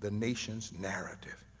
the nation's narrative.